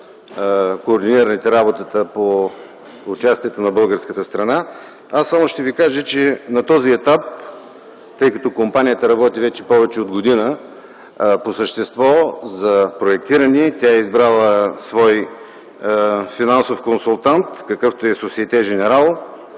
координирате работата по участието на българската страна. Аз само ще Ви кажа, че на този етап, тъй като компанията работи вече повече от година, по същество за проектиране тя е избрала свой финансов консултант, какъвто е „Сосиете